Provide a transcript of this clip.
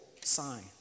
sign